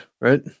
right